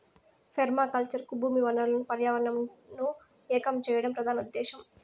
permaculture కు భూమి వనరులను పర్యావరణంను ఏకం చేయడం ప్రధాన ఉదేశ్యం